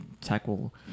tackle